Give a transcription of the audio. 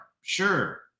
Sure